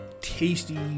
tasty